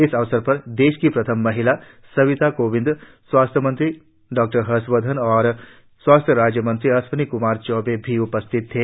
इस अवसर पर देश की प्रथम महिला सविता कोविंद स्वास्थ्य मंत्री डॉक्टर हर्षवर्धन और स्वास्थ्य राज्य मंत्री अश्विनी क्मार चौबे भी उपस्थित थे